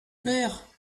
père